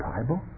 Bible